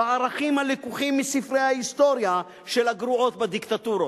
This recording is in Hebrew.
בערכים הלקוחים מספרי ההיסטוריה של הגרועות בדיקטטורות.